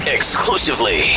Exclusively